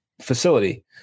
facility